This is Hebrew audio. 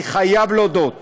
אני חייב להודות